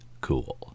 cool